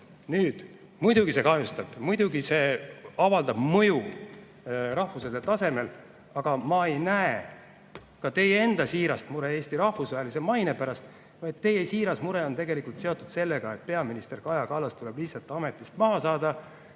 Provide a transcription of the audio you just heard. Nüüd, muidugi see kahjustab. Muidugi see avaldab mõju rahvusvahelisel tasemel, aga ma ei näe ka teie enda siirast muret Eesti rahvusvahelise maine pärast, vaid teie siiras mure on seotud sellega, et peaminister Kaja Kallas tuleb lihtsalt ametist maha saada.